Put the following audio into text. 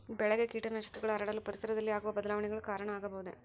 ಬೆಳೆಗೆ ಕೇಟನಾಶಕಗಳು ಹರಡಲು ಪರಿಸರದಲ್ಲಿ ಆಗುವ ಬದಲಾವಣೆಗಳು ಕಾರಣ ಆಗಬಹುದೇ?